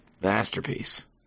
masterpiece